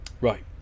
Right